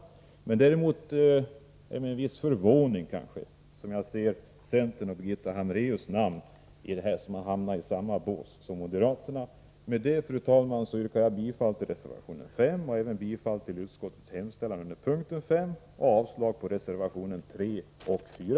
Det är däremot med en viss förvåning som jag ser att Birgitta Hambraeus namn och centern här har hamnat i samma båt som moderaterna. Med detta, fru talman, yrkar jag bifall till reservation 5 och även bifall till utskottets hemställan under punkt 5 och avslag på reservationerna 3 och 4.